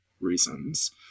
reasons